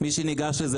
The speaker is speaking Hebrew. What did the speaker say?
מי שניגש לזה,